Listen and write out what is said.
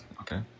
Okay